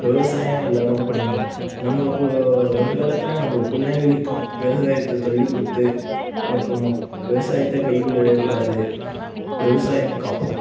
விவசாயம் எல்லாரும் பண்ணனும் நம்ம வருங்காலத்தில் நம்ம பிள்ளைங்களுக்கும் விவசாயத்தை சொல்லி கொடுத்து வளர்க்கணும் விவசாயத்தை கைவிடவே கூடாது விவசாயம் காப்போம்